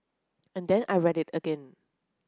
and then I read it again